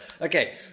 Okay